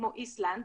כמו איסלנד,